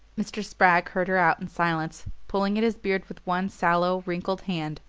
mr. spragg heard her out in silence, pulling at his beard with one sallow wrinkled hand,